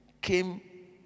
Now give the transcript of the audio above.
came